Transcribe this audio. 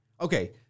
Okay